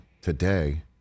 today